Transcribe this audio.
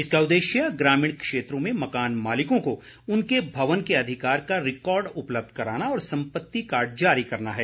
इसका उद्देश्य ग्रामीण क्षेत्रों में मकान मालिकों को उनके भवन के अधिकार का रिकॉर्ड उपलब्ध कराना और सम्पत्ति कार्ड जारी करना है